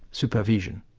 supervision.